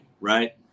right